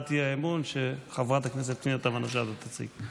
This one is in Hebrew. הצעת האי-אמון שחברת הכנסת פנינה תמנו שטה תציג פה.